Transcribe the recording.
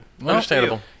understandable